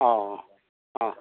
অঁ অঁ অঁ